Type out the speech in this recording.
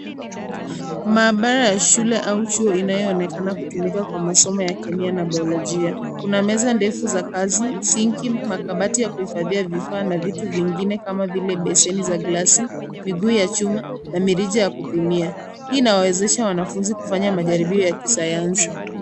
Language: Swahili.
Maabara ya shule au chuo inayoonekana kutumika kwa masomo ya kemia na baolojia. Kuna meza ndefu za kazi, sinki , makabati ya kuhifadhia vifaa na vitu vingine kama vile beseni za glasi, miguu ya chuma na mirija ya kupimia. Hii inawawezesha wanafunzi kufanya majaribio ya kisayansi.